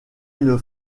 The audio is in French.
une